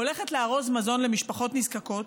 לארוז מזון למשפחות נזקקות.